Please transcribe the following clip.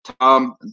Tom